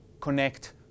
connect